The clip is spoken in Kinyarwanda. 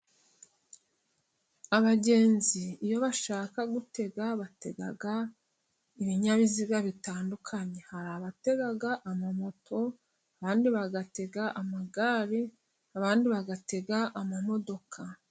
Abagenzi iyo bashaka gutega batega ibinyabiziga bitandukanye. Hari abatega amamoto, abandi bagatega amagare, abandi bagatega amamodoka.